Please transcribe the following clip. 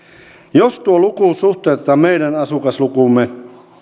jos tuo luku suhteutetaan meidän asukaslukuumme